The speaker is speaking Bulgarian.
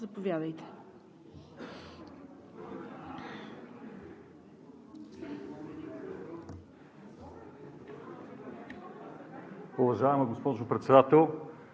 заповядайте,